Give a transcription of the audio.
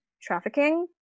trafficking